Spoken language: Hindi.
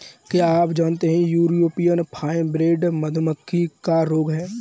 क्या आप जानते है यूरोपियन फॉलब्रूड मधुमक्खी का रोग है?